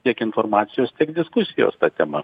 tiek informacijos tiek diskusijos ta tema